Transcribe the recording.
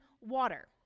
water